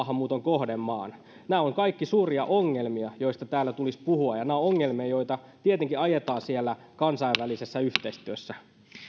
meistä tällaisen massamaahanmuuton kohdemaan nämä ovat kaikki suuria ongelmia joista täällä tulisi puhua ja nämä ovat ongelmia joita tietenkin ajetaan siellä kansainvälisessä yhteistyössä